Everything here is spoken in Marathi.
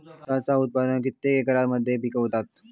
ऊसाचा उत्पादन कितक्या एकर मध्ये पिकवतत?